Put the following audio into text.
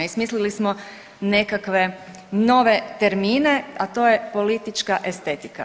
I smislili smo nekakve nove termine, a to je politička estetika.